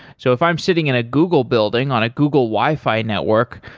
so if i'm sitting in a google building, on a google wi-fi network,